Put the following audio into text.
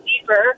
deeper